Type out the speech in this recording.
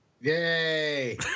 yay